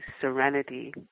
serenity